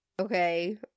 okay